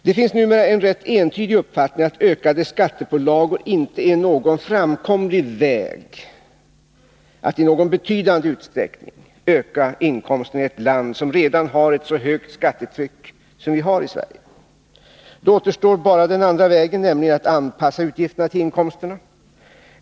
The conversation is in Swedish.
Det finns numera en rätt entydig uppfattning att ökade skattepålagor inte är någon framkomlig väg att i någon betydande utsträckning öka inkomsterna i ett land som redan har så högt skattetryck som vi har i Sverige. Då återstår bara den andra vägen, nämligen att anpassa utgifterna till inkomsterna.